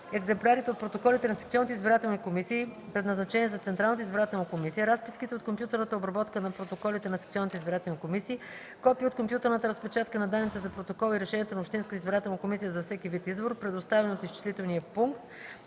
екземплярите от протоколите на секционните избирателни комисии, предназначени за Централната избирателна комисия, разписките от компютърната обработка на протоколите на секционните избирателни комисии, копие от компютърната разпечатка на данните за протокола и решението на общинската избирателна комисия за всеки вид избор, предоставени от изчислителния пункт,